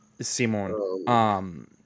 Simone